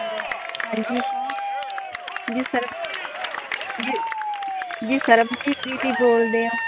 hello ਹਾਂਜੀ ਕੌਣ ਜੀ ਸਰਬ ਜੀ ਜੀ ਸਰਬਜੀਤ ਦੀਦੀ ਬੋਲਦੇ ਹੋ